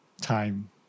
time